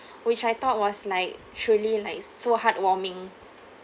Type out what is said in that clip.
which I thought was like surely like so heartwarming